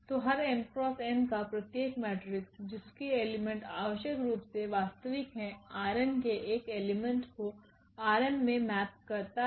तो हर𝑚×𝑛का प्रत्येक मेट्रिक्स जिसके एलिमेंट आवश्यक रूप से वास्तविक है ℝ𝑛 के एक एलिमेंट को ℝ𝑚 में मैप करता है